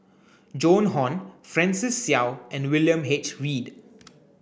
Joan Hon Francis Seow and William H Read